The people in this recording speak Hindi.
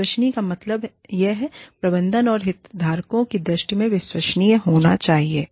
विश्वसनीय का मतलब यह प्रबंधन और हितधारकों की दृष्टि में विश्वसनीय होना चाहिए